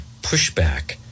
pushback